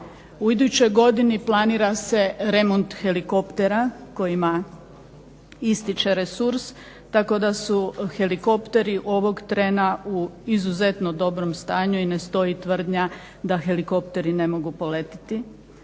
U idućoj godini planira se remont helikoptera kojima ističe resurs tako da su helikopteri ovog trena u izuzetno dobrom stanju i ne stoji tvrdnja da helikopteri ne mogu poletjeti.